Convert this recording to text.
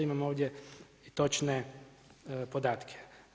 Imamo ovdje i točne podatke.